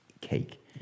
cake